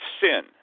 sin